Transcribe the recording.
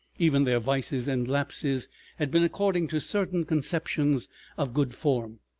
even their vices and lapses had been according to certain conceptions of good form.